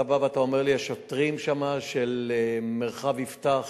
אתה בא ואתה אומר לי: השוטרים שם, של מרחב יפתח,